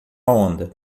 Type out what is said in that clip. onda